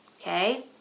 okay